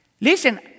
Listen